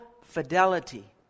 fidelity